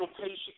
patient